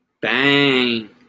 Bang